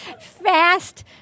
Fast